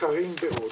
סקרים ועוד.